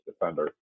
defender